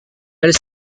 elle